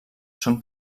són